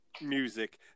music